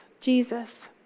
Jesus